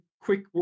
Quick